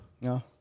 No